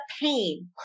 pain